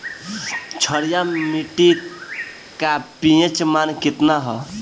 क्षारीय मीट्टी का पी.एच मान कितना ह?